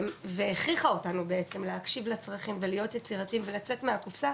והכריחה אותנו בעצם להקשיב לצרכים ולהיות יצירתיים ולצאת מהקופסא